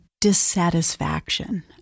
dissatisfaction